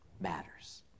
matters